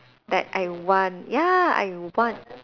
that I want ya I want